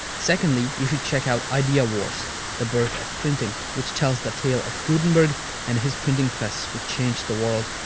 secondly, you should check out idea wars the birth of printing which tells the tale of gutenberg and his printing press which changed the world,